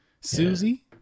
Susie